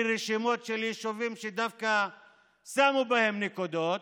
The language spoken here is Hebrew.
לי שמות של יישובים שדווקא שמו בהם נקודות,